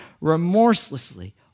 remorselessly